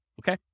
okay